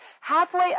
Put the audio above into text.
halfway